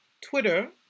Twitter